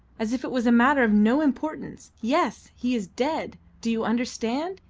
as if it was a matter of no importance. yes, he is dead! do you understand?